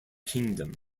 kingdom